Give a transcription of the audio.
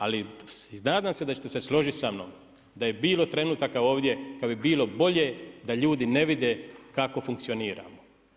Ali nadam se da ćete složiti sa mnom da je bilo trenutaka ovdje kad bi bilo bolje da ljudi ne vide kako funkcioniramo.